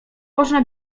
było